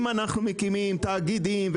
אם אנחנו מקימים תאגידים,